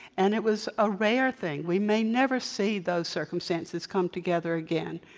and it was a rare thing. we may never see those circumstances come together again.